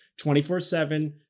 24-7